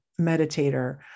meditator